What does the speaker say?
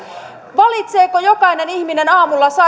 valitseeko jokainen ihminen aamulla